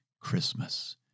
Christmas